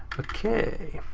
okay.